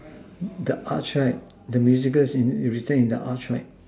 the us right the musical is in written in the us right